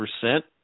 percent